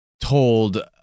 told